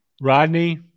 Rodney